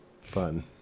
fun